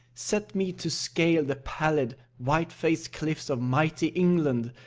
set me to scale the pallid white-faced cliffs of mighty england,